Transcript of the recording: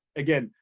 again,